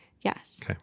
Yes